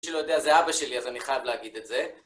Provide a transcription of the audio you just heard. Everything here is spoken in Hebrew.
מי שלא יודע זה אבא שלי, אז אני חייב להגיד את זה.